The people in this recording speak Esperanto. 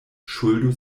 ŝuldo